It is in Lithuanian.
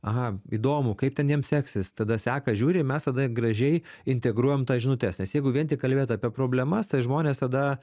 aha įdomu kaip ten jiem seksis tada seka žiūri ir mes tada gražiai integruojam tas žinutes nes jeigu vien tik kalbėt apie problemas tai žmonės tada